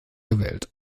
gewählt